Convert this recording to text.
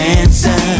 answer